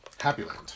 Happyland